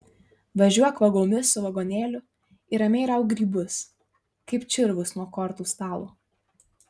važiuok vagomis su vagonėliu ir ramiai rauk grybus kaip čirvus nuo kortų stalo